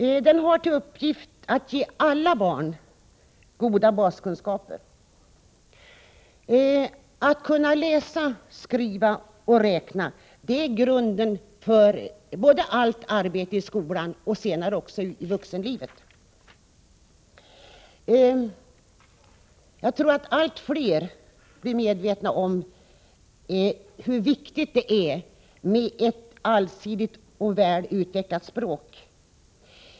Den har till uppgift att ge alla barn goda baskunskaper. Att kunna läsa, skriva och räkna är grunden för allt arbete i skolan och senare också i vuxenlivet. Jag tror att allt fler blir medvetna om hur viktigt det är med ett allsidigt och väl utvecklat språk.